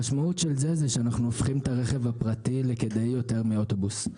המשמעות של זה היא שאנחנו הופכים את הרכב הפרטי לכדאי יותר מאוטובוס.